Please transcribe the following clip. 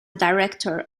director